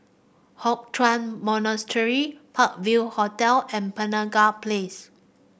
Hock Chuan Monastery Park View Hotel and Penaga Place